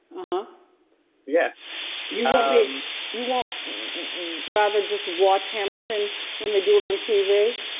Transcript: ah yeah you know you won't rather just watch hamilton when they do it on tv.